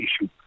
issue